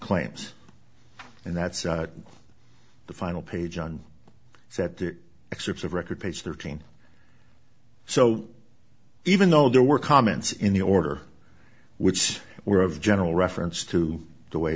claims and that's the final page on set the excerpts of record page thirteen so even though there were comments in the order which were of general reference to the way